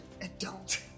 adult